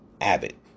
Abbott